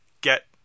get